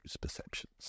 perceptions